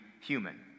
human